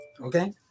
Okay